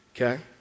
Okay